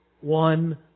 one